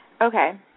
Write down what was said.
Okay